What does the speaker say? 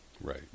right